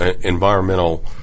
environmental